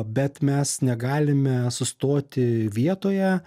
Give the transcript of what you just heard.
bet mes negalime sustoti vietoje